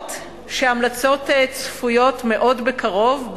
אומרות שהמלצות צפויות בקרוב מאוד,